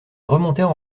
remontèrent